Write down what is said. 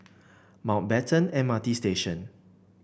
Mountbatten M R T Station